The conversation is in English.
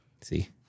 See